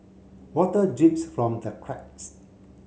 water drips from the cracks